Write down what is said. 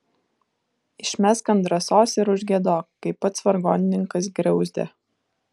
išmesk ant drąsos ir užgiedok kaip pats vargonininkas griauzdė